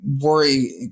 worry